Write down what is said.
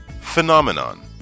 Phenomenon